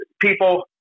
people